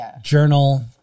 journal